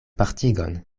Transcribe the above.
partigon